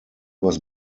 was